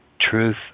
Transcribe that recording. truth